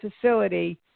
facility